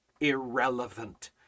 irrelevant